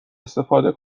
استفاده